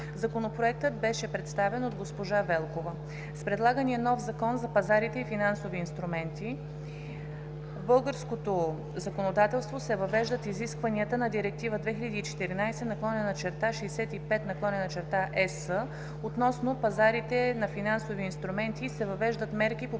Законопроектът беше представен от госпожа Велкова. С предлагания нов Закон за пазарите на финансови инструменти в българското законодателство се въвеждат изискванията на Директива 2014/65/ЕС относно пазарите на финансови инструменти и се въвеждат мерки по